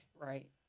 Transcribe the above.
Right